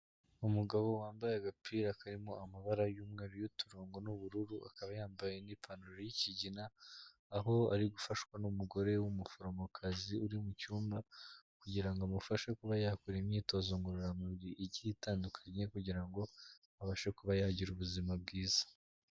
Umugabo wambaye agapira karimo amabara y'umweru y'uturongo n'ubururu ,akaba yambaye n'ipantaro y'ikigina, aho ari gufashwa n'umugore w'umuforomokazi uri mu cyumba, kugira amufashe kuba yakora imyitozo ngororamubiri igiye itandukanye ,kugira ngo abashe kuba yagira ubuzima bwiza.